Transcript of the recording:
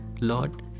Lord